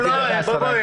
בואי, בואי.